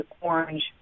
orange